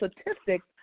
statistics